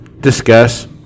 discuss